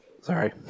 Sorry